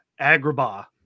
Agrabah